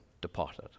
departed